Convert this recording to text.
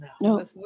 no